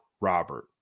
Robert